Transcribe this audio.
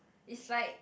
it's like